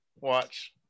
watch